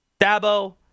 Dabo